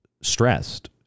stressed